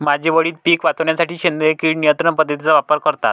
माझे वडील पिक वाचवण्यासाठी सेंद्रिय किड नियंत्रण पद्धतीचा वापर करतात